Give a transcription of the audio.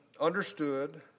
understood